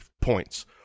points